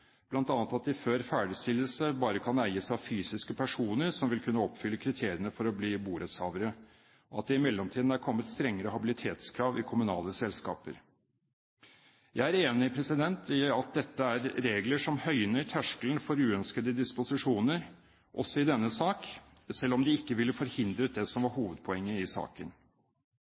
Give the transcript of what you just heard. at de før ferdigstillelse bare kan eies av fysiske personer som vil kunne oppfylle kriteriene for å bli borettshavere, og at det i mellomtiden er kommet strengere habilitetskrav i kommunale selskaper. Jeg er enig i at dette er regler som høyner terskelen for uønskede disposisjoner, også i denne sak, selv om de ikke ville forhindret det som var hovedpoenget i saken.